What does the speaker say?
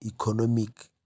economic